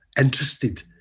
interested